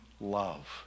love